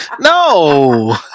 No